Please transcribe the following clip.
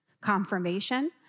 confirmation